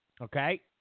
okay